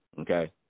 Okay